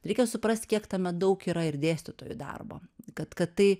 reikia suprast kiek tame daug yra ir dėstytojų darbo kad kad tai